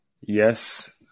Yes